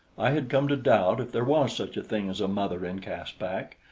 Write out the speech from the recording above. i had come to doubt if there was such a thing as a mother in caspak,